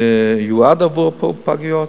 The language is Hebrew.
שיועד עבור הפגיות,